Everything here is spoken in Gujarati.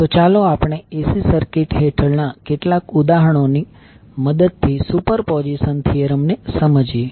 તો ચાલો આપણે AC સર્કિટ હેઠળના કેટલાક ઉદાહરણો ની મદદથી સુપરપોઝિશન થીયરમ ને સમજીએ